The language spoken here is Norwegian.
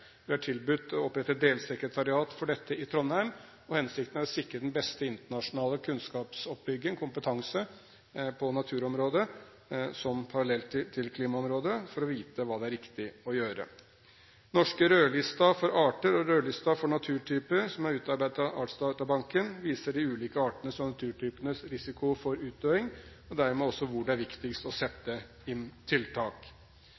har tilbudt å opprette et delsekretariat for dette i Trondheim, og hensikten er å sikre den beste internasjonale kunnskapsoppbygging og kompetanse på naturområdet som parallell til klimaområdet, for å vite hva det er riktig å gjøre. Den norske rødlisten for arter og rødlisten for naturtyper, som er utarbeidet av Artsdatabanken, viser de ulike artenes og naturtypenes risiko for utdøing og dermed hvor det er viktigst å